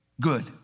good